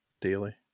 Daily